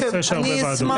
זה נושא של הרבה וועדות.